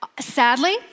sadly